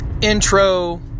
intro